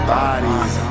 bodies